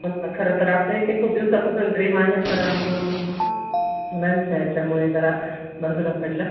हो ना खरं तर आपलंही ते खूप दिवसांपासून ड्रीम आहेच परंतु मुलांच्या ह्याच्यामुळे जरा बाजूला पडलं